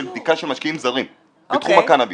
בדיקה של משקיעים זרים בתחום הקנאביס.